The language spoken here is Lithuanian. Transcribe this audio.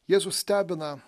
jėzus stebina